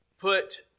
put